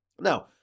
Now